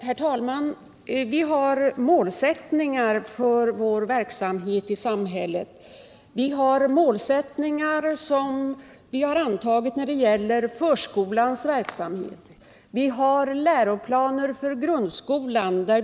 Herr talman! Vi har målsättningar för vår verksamhet i samhället. Vi har Fredagen den läroplaner för grundskolan, där vi också har format målsättningar.